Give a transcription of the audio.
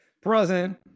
present